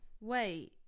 wait